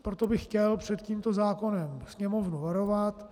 Proto bych chtěl před tímto zákonem Sněmovnu varovat.